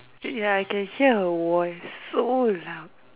ya I can hear her voice so loud